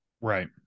right